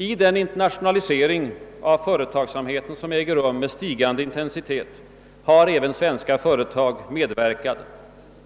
I den internationalisering av företagsamheten som äger rum med stigande intensitet har även svenska företag medverkat,